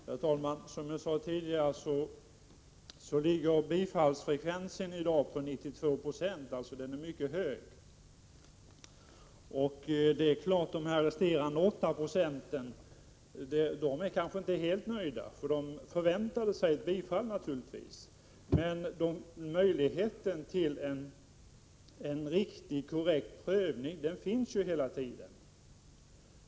Herr talman! Som jag sade tidigare ligger bifallsfrekvensen i dag på 92 9 vid prövning av arbetsskadeärenden. Det är en mycket hög siffra. De människor som tillhör de 8 resterande procenten är kanske inte helt nöjda, eftersom de hade förväntat sig ett bifall. Men möjligheten till en korrekt prövning finns hela tiden.